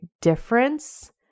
difference